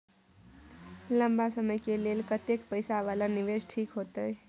लंबा समय के लेल कतेक पैसा वाला निवेश ठीक होते?